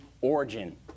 origin